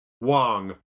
Wong